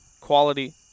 quality